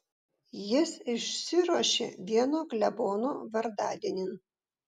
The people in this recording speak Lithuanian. jis išsiruošė vieno klebono vardadienin